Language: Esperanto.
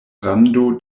rando